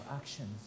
actions